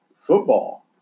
football